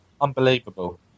unbelievable